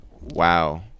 Wow